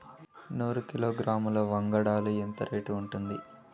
నూరు కిలోగ్రాముల వంగడాలు ఎంత రేటు ఉంటుంది?